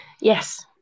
Yes